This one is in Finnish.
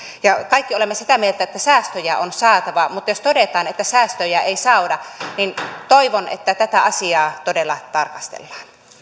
me kaikki olemme sitä mieltä että säästöjä on saatava mutta jos todetaan että säästöjä ei saada niin toivon että tätä asiaa todella tarkastellaan